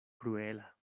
kruela